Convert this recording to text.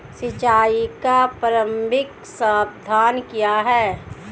सिंचाई का प्रारंभिक साधन क्या है?